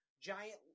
giant